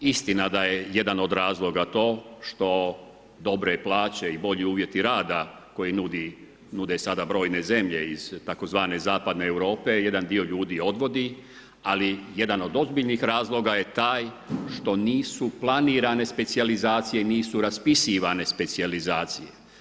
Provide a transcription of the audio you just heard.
Istina je da je jedan od razloga to što dobre plaće i bolji uvjeti rada, koji nude sada brojne zemlje iz tzv. zapadne Europe, jedan dio ljudi odvodi, ali jedan od ozbiljnih razloga je taj, što nisu planirane specijalizacije nisu raspisivane specijalizacije.